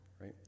right